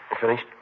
Finished